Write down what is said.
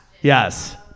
Yes